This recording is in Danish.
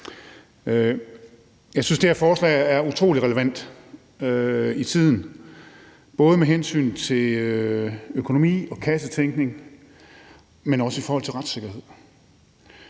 Jeg synes, at det her forslag er utrolig relevant i tiden, både med hensyn til økonomien og kassetænkningen, men også i forhold til retssikkerheden.